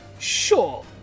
Sure